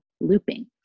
looping